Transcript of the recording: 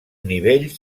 nivell